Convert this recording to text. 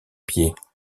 pieds